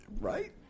Right